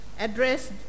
address